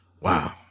Wow